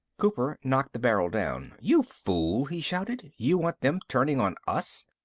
cooper knocked the barrel down. you fool! he shouted. you want them turning on us?